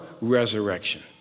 resurrection